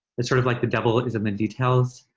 it's sort of like the devil is in the details.